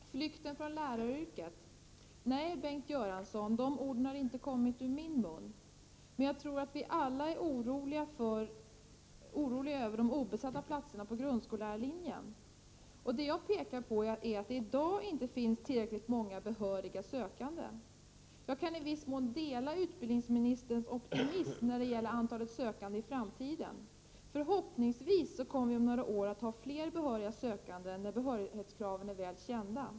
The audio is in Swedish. Fru talman! ”Flykten från läraryrket”. Nej, Bengt Göransson, de orden har inte kommit från min mun. Men jag tror att vi alla är oroliga över de obesatta platserna på grundskollärarlinjen. Jag pekar på att det i dag inte finns tillräckligt många behöriga sökande. Jag kan i viss mån dela utbildningsministerns optimism när det gäller antalet sökande i framtiden. Förhoppningsvis kommer vi att om några år ha flera behöriga sökande när behörighetskraven väl är kända.